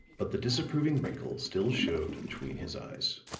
but the disapproving wrinkle still showed between his eyes.